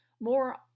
More